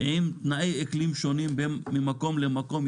עם תנאי אקלים שונים בין מקום למקום,